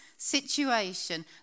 situation